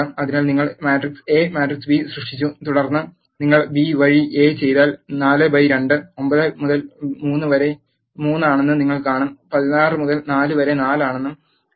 അതിനാൽ നിങ്ങൾ matrix A matrix B സൃഷ്ടിച്ചു തുടർന്ന് നിങ്ങൾ ബി വഴി എ ചെയ്താൽ 4 ബൈ 2 9 മുതൽ 3 വരെ 3 ആണെന്ന് നിങ്ങൾ കാണും 16 മുതൽ 4 വരെ 4 ആണ്